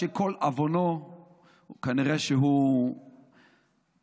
שכל עוונו כנראה שהוא מזרחי,